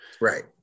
right